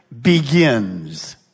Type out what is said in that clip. begins